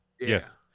Yes